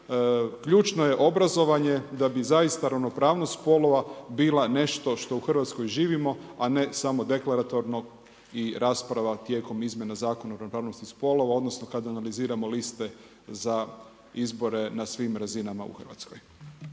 ključno je obrazovanje da bi zaista ravnopravnost spolova bila nešto što u Hrvatskoj živimo, a ne samo deklaratorno i rasprava tijekom izmjena Zakona o ravnopravnosti spolova odnosno kada analiziramo liste za izbore na svim razinama u Hrvatskoj.